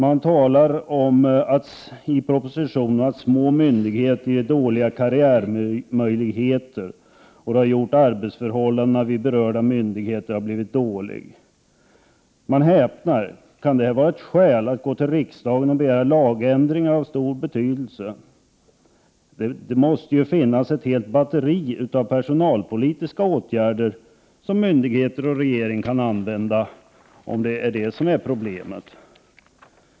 Man talar i propositionen om att små myndigheter ger dåliga karriärmöjligheter och att det har gjort att arbetsförhållandena vid berörda myndigheter har blivit dåliga. Jag häpnar. Kan detta vara ett skäl för att gå till riksdagen och begära lagändringar av stor betydelse? Det måste ju finnas ett helt batteri av personalpolitiska åtgärder som myndigheter och regering kan använda —- om det är detta som är problemet.